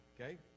okay